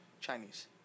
Chinese